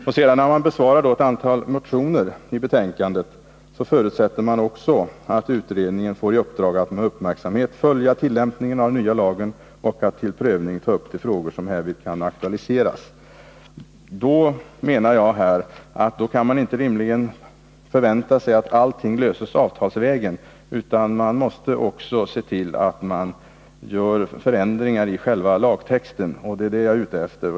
När utskottet i betänkandet besvarar ett antal motioner så förutsätter man också att utredningen får i uppdrag att med uppmärksamhet följa tillämpningen av den nya lagen och att till prövning ta upp de frågor som härvid kan aktualiseras. Då anser jag att vi rimligen inte kan förvänta oss att allting löses avtalsvägen, utan man måste se till att göra förändringar i själva lagtexten. Det är det jag är ute efter.